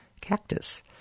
Cactus